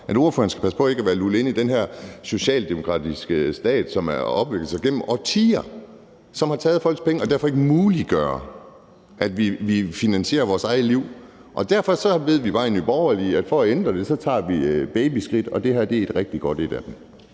at ordføreren skal passe på med ikke at være lullet ind i den her socialdemokratiske stat, som er opbygget gennem årtier, og som har taget folks penge og derfor ikke muliggør, at vi finansierer vores eget liv. Derfor ved vi bare i Nye Borgerlige, at for at ændre det tager man babyskridt, og det her er et rigtig godt et af dem.